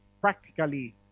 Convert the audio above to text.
practically